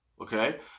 okay